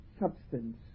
substance